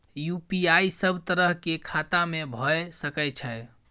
UPI सब तरह के खाता में भय सके छै?